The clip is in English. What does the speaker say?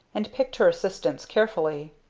and picked her assistants carefully.